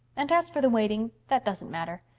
and as for the waiting, that doesn't matter.